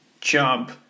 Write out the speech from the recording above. jump